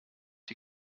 die